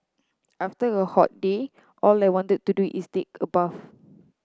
after a hot day all I want to do is take a bath